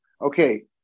okay